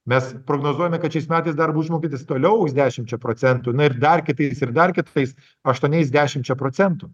mes prognozuojame kad šiais metais darbo užmokestis toliau dešimčia procentų na ir dar kitais ir dar kitais aštuoniais dešimčia procentų